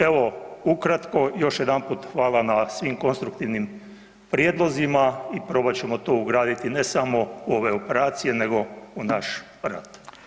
Evo, ukratko, još jedanput hvala na svim konstruktivnim prijedlozima i probat ćemo to ugraditi, ne samo u ove operacije, nego u naš rad.